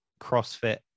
CrossFit